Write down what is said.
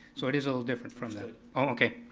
so it is a little different from that. oh okay,